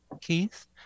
Keith